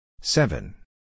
Seven